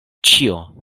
ĉio